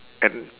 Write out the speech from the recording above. and